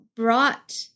brought